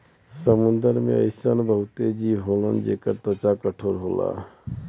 समुंदर में अइसन बहुते जीव होलन जेकर त्वचा कठोर होला